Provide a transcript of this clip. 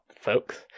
folks